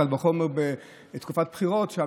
קל וחומר בתקופת בחירות,